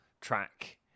track